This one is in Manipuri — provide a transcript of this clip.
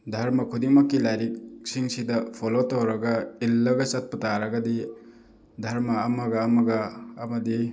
ꯗꯔꯃ ꯈꯨꯗꯤꯡꯃꯛꯀꯤ ꯂꯥꯏꯔꯤꯛ ꯁꯤꯡꯁꯤꯗ ꯐꯣꯂꯣ ꯇꯧꯔꯒ ꯏꯜꯂꯒ ꯆꯠꯄ ꯇꯥꯔꯒꯗꯤ ꯗꯔꯃ ꯑꯃꯒ ꯑꯃꯒ ꯑꯃꯗꯤ